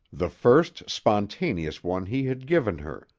the first spontaneous one he had given her,